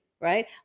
right